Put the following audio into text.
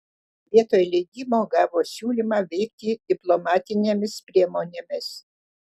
vietoj leidimo gavo siūlymą veikti diplomatinėmis priemonėmis